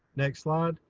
next slide.